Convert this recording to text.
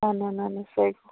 نہ نہ نہ سُے گوٚو